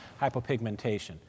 hypopigmentation